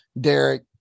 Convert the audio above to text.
Derek